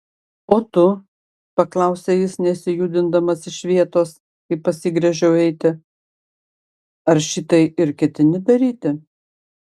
o tu paklausė jis nesijudindamas iš vietos kai pasigręžiau eiti ar šitai ir ketini daryti